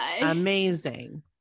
amazing